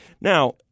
Now